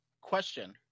Question